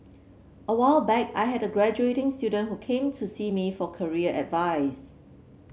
a while back I had a graduating student who came to see me for career advice